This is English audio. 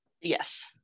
yes